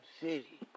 city